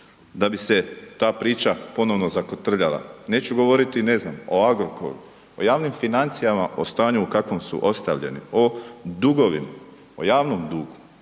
da bi se ta priča ponovno zakotrljala. Neću govoriti o, ne znam, o Agrokoru, o javnim financijama, o stanju u kakvom su ostavljeni, o dugovima, o javnom dugu,